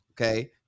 Okay